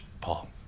Paul